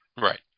Right